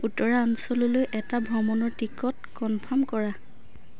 উত্তৰাঞ্চললৈ এটা ভ্ৰমণৰ ticket confirm কৰা